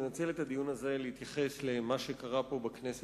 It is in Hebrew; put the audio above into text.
אני רוצה לנצל את הדיון הזה ולהתייחס למה שקרה פה בכנסת